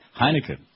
Heineken